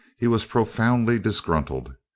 he was profoundly disgruntled.